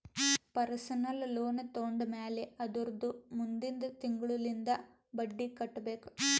personal loan ತೊಂಡಮ್ಯಾಲ್ ಅದುರ್ದ ಮುಂದಿಂದ್ ತಿಂಗುಳ್ಲಿಂದ್ ಬಡ್ಡಿ ಕಟ್ಬೇಕ್